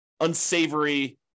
unsavory